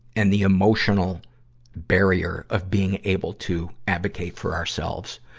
and the emotional barrier of being able to advocate for ourselves.